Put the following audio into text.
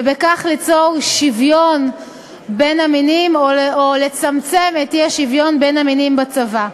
ובכך ליצור שוויון בין המינים או לצמצם את האי-שוויון בין המינים בצבא.